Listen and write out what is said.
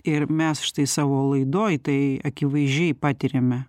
ir mes štai savo laidoj tai akivaizdžiai patiriame